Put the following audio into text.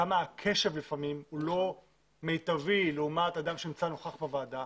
כמה הקשב לפעמים הוא לא מיטבי לעומת אדם שנמצא נוכח בוועדה.